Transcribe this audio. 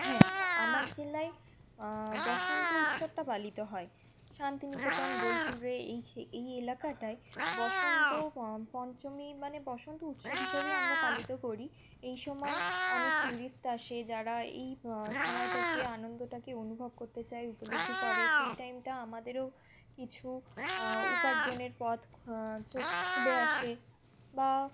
হ্যাঁ আমার জেলায় বসন্ত উৎসবটা পালিত হয় শান্তিনিকেতন বোলপুরে এই এই এলাকাটায় বসন্ত পঞ্চমী মানে বসন্ত উৎসব হিসাবেই আমরা পালন করি এই সময় অনেক ট্যুরিস্ট আসে যারা এই সময়টাকে আনন্দটাকে অনুভব করতে চায় উপলব্ধি করে সেই টাইমটা আমাদেরও কিছু উপার্জনের পথ চোখ খুলে আসে বা